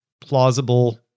plausible